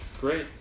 Great